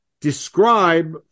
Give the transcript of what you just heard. describe